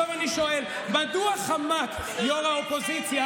עכשיו אני שואל: מדוע חמק ראש האופוזיציה